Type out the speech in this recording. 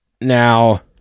Now